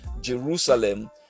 jerusalem